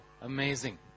amazing